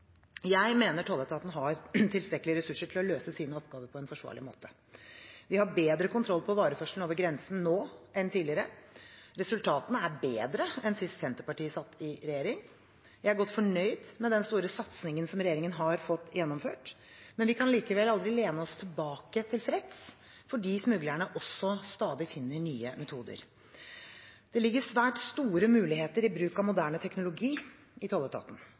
Jeg mener tolletaten har tilstrekkelige ressurser til å løse sine oppgaver på en forsvarlig måte. De har bedre kontroll på vareførselen over grensen nå enn tidligere. Resultatene er bedre enn sist Senterpartiet satt i regjering. Jeg er godt fornøyd med den store satsingen som regjeringen har fått gjennomført, men vi kan likevel aldri lene oss tilfreds tilbake, for smuglerne finner også stadig nye metoder. Det ligger svært store muligheter i bruk av moderne teknologi i tolletaten.